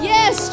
Yes